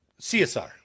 CSR